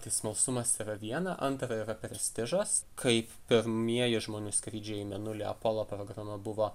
tai smalsumas yra viena antra yra prestižas kaip pirmieji žmonių skrydžiai į mėnulį apolo programa buvo